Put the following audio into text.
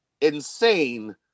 insane